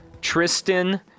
Tristan